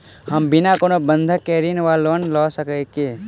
हम बिना कोनो बंधक केँ ऋण वा लोन लऽ सकै छी?